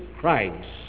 Christ